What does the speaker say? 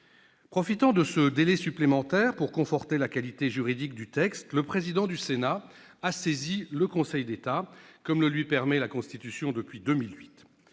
Profitant de ce délai supplémentaire pour conforter la qualité juridique du texte, le président du Sénat a saisi le Conseil d'État, comme la Constitution le lui